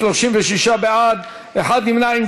אראל מרגלית,